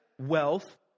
wealth